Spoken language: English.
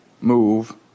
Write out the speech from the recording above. move